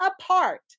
apart